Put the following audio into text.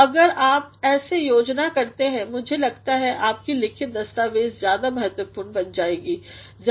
तो अगर आप ऐसे योजना करते हैं मुझे लगता है आपकी लिखित दस्तावेज़ ज्यादा महत्वपूर्ण बन जाएगी ज्यादि स्पष्ट बन जाएगी